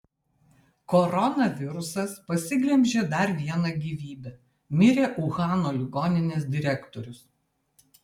koronavirusas pasiglemžė dar vieną gyvybę mirė uhano ligoninės direktorius